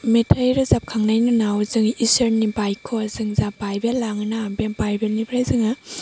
मेथाइ रोजाब खांनायनि उनाव जोङो इसोरनि बाइख' जों जा बाइबेल लाङोना बे बाइबेलनिफ्राय जोङो